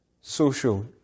social